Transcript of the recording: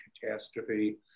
catastrophe